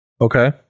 Okay